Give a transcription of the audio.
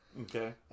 Okay